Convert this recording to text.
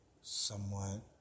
somewhat